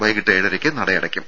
വൈകീട്ട് ഏഴരക്ക് നടയടക്കും